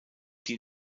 die